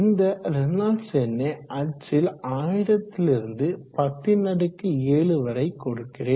இந்த ரேனால்ட்ஸ் எண்ணை அச்சில் 1000லிருந்து 10ன் அடுக்கு 7வரை கொடுக்கிறேன்